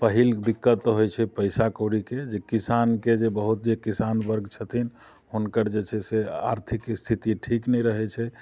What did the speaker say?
पहिल दिक्कत होइ छै पैसाकौड़ीके जे किसानके जे बहुत जे किसान वर्ग छथिन हुनकर जे छै से आर्थिक स्थिति ठीक नहि रहै छै